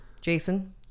Jason